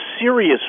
serious